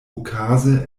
okaze